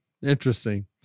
Interesting